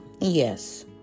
Yes